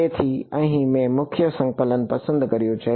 તેથી અહીં મેં મુખ્ય સંકલન પસંદ કર્યું છે